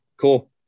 Cool